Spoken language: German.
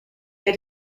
der